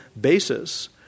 basis